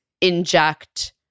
inject